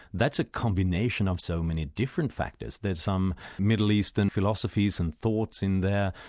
that's a combination of so many different factors there's some middle eastern philosophies and thoughts in there,